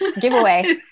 giveaway